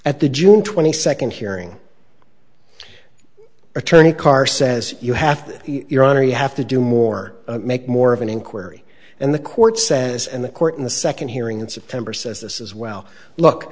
the june twenty second hearing attorney carr says you have to your honor you have to do more make more of an inquiry and the court says and the court in the second hearing in september says this is well look